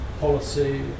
policy